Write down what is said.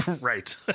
Right